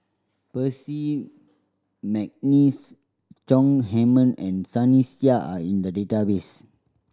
Percy McNeice Chong Heman and Sunny Sia are in the database